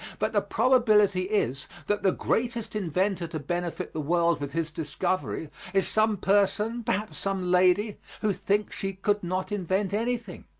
but the probability is that the greatest inventor to benefit the world with his discovery is some person, perhaps some lady, who thinks she could not invent anything.